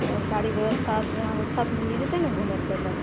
तबऽ गाड़ीके व्यवस्था यहाँ पर अच्छासँ मिल जेतय ने घुमए लए